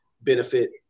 benefit